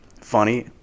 funny